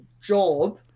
job